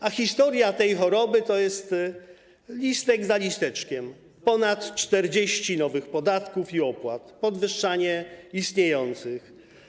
A historia tej choroby to jest listek za listeczkiem, ponad 40 nowych podatków i opłat oraz podwyższanie istniejących.